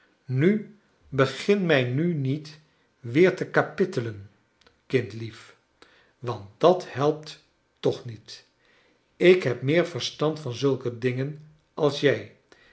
nu begin mij nu niet weer te kapittelen kindlief want dat helpt toch niet ik heb meer verstand van zulke dingen als jij